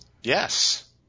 Yes